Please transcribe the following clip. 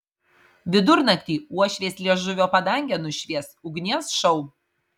vidurnaktį uošvės liežuvio padangę nušvies ugnies šou